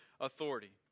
authority